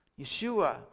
Yeshua